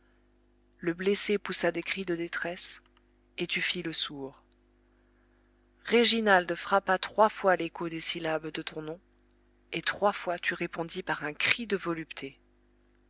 le blessé poussa des cris de détresse et tu fis le sourd réginald frappa trois fois l'écho des syllabes de ton nom et trois fois tu répondis par un cri de